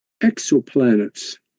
exoplanets